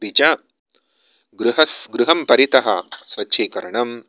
अपि च गृहस् गृहं परितः स्वच्छीकरणं